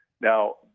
Now